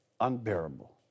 unbearable